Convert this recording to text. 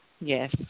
Yes